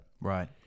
right